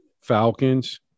Falcons